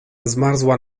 zmarzła